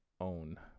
own